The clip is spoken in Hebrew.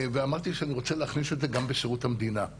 ואמרתי שאני רוצה להכניס את זה גם בשירות המדינה.